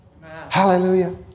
Hallelujah